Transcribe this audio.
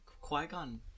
Qui-Gon